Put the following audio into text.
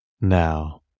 now